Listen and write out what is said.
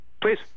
Please